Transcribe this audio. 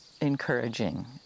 encouraging